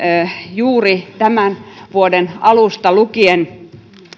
juuri tämän vuoden alusta lukien